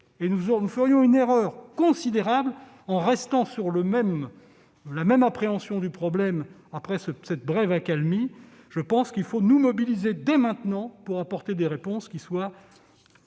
et nous ferions une erreur considérable en restant sur la même appréhension du problème après cette brève accalmie. Je pense qu'il faut nous mobiliser dès maintenant pour apporter des réponses qui soient